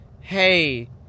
Hey